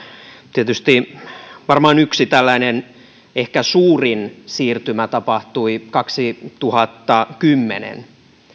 tietysti varmaan yksi tällainen ehkä suurin siirtymä tapahtui kaksituhattakymmenen